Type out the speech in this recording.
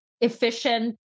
efficient